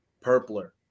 purpler